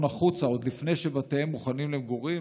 החוצה עוד לפני שבתיהם מוכנים למגורים,